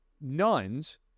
nuns